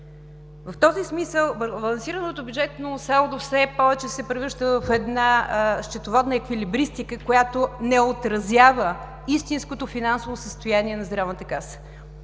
В този смисъл лансираното бюджетно салдо все повече се превръща в една счетоводна еквилибристика, която не отразява истинското финансово състояние на Здравната каса,